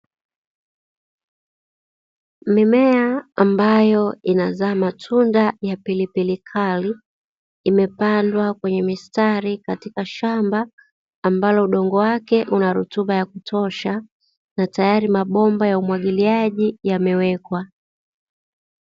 Mimea ambayo inazaa matunda ya pilipili Kali, imepandwa kwenye mistari katika shamba, ambalo udongo wake unarutuba ya kutosha, na tayari mabomba ya umwagiliaji yamewekwa.